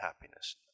happiness